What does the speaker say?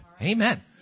Amen